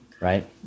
Right